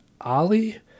Ali